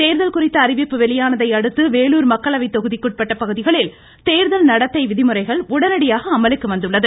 தோதல் குறித்த அறிவிப்பு வெளியானதை அடுத்து வேலூர் மக்களவை தொகுதிக்குட்பட்ட பகுதிகளில் தோதல் நடத்தை விதிமுறைகள் உடனடியாக அமலுக்கு வந்துள்ளது